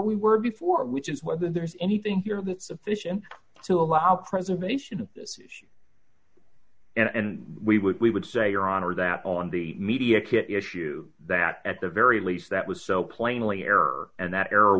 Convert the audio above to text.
we were before which is whether there's anything here that sufficient to allow preservation of and we would we would say your honor that on the media kit issue that at the very least that was so plainly error and that er